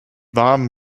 warm